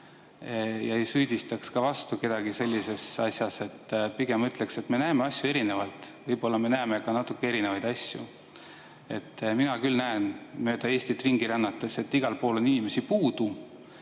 ma ei süüdista ka vastu kedagi sellises asjas. Pigem ütlen, et me näeme asju erinevalt. Võib-olla me näeme ka natuke erinevaid asju. Mina küll näen mööda Eestit ringi rännates, et igal pool on inimesi puudu.